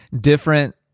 different